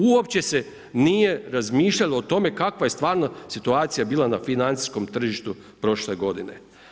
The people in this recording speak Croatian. Uopće se nije razmišljalo o tome kakva je stvarno situacija bila na financijskom tržištu prošle godine.